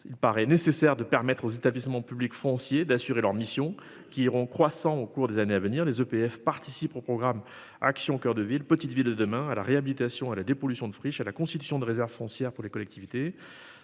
il paraît nécessaire de permettre aux établissements publics fonciers d'assurer leur mission qui iront croissant au cours des années à venir les EPF participe au programme Action coeur de ville Petites Villes de demain à la réhabilitation à la dépollution de friches à la constitution de réserves foncières pour les collectivités.